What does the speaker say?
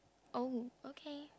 oh okay